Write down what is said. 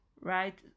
right